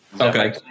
Okay